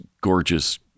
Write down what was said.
gorgeous